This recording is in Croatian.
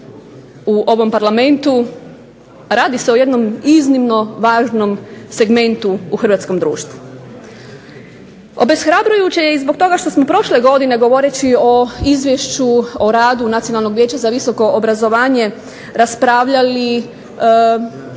u ovom Parlamentu. Radi se o jednom iznimno važnom segmentu u hrvatskom društvu. Obeshrabrujuće je i zbog toga što smo prošle godine govoreći o Izvješću o radu Nacionalnog vijeća za visoko obrazovanje raspravljali